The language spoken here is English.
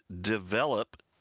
develop